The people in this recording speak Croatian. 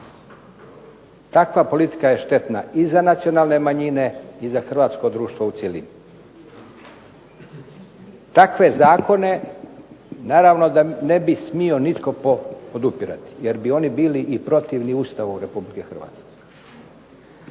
Takva politika je štetna i za nacionalne manjine i za hrvatsko društvo u cjelini. Takve zakone, naravno da ne bi smio nitko podupirati jer bi oni bili i protivni Ustavu RH. Ovdje